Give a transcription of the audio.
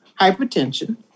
hypertension